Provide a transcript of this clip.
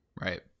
right